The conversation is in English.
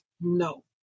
no